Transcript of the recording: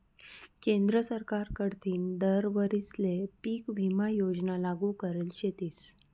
केंद्र सरकार कडथीन दर वरीसले पीक विमा योजना लागू करेल शेतीस